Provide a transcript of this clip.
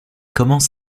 commence